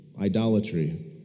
idolatry